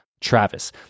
Travis